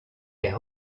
est